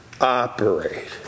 operate